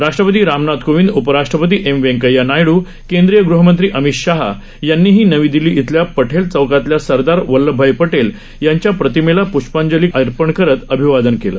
राष्ट्रपती रामनाथ कोविंद उपराष्ट्रपती एम व्यंकय्या नायडू केंद्रीय गृहमंत्री अमित शाह यांनीही नवी दिल्ली खिल्या पटेल चौकातल्या सरदार वल्लभभाई पटेल यांच्या प्रतिमेला प्र्ष्पांजली अर्पण करीत अभिवादन केलं